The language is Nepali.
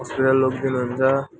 हस्पिटल लगिदिनुहुन्छ